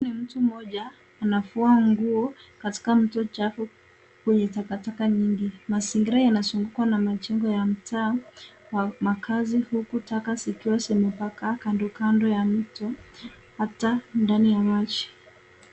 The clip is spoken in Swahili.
Ni mtu mmoja anafua nguo katika mto mchafu wenye takataka nyingi. Mazingira yanazungukwa na majengo ya mtaa wa makazi huku taka zikiwa zimetapakaa kando kando ya mto hata ndani ya maji.